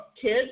kids